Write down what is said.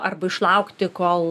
arba išlaukti kol